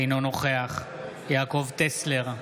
אינו נוכח יעקב טסלר,